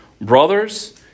brothers